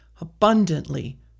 abundantly